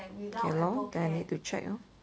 okay lor then I need to check lor